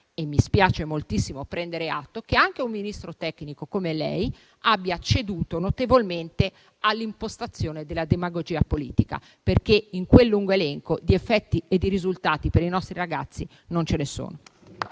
mi spiace moltissimo prendere atto che anche un Ministro tecnico come lei abbia ceduto notevolmente all'impostazione della demagogia politica, perché in quel lungo elenco di effetti e di risultati per i nostri ragazzi non ce ne sono.